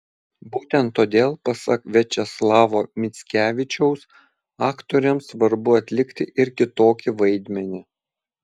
būtent todėl pasak viačeslavo mickevičiaus aktoriams svarbu atlikti ir kitokį vaidmenį